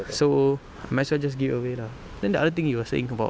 so I might as well just give it away lah then the other thing you were saying about